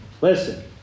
listen